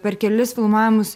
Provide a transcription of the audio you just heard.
per kelis filmavimus